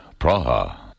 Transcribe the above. Praha